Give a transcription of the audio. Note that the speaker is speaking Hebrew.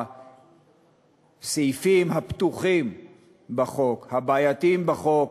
הסעיפים הפתוחים בחוק, הבעייתיים בחוק,